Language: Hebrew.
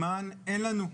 ואין לנו זמן.